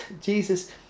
Jesus